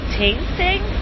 tasting